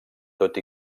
tot